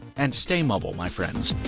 and stay mobile, my friends.